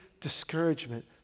discouragement